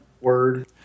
Word